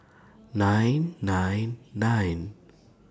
nine nine nine